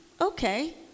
Okay